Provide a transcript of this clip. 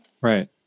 Right